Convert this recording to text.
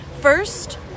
First